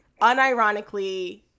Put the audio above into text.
Unironically